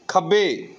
ਖੱਬੇ